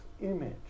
image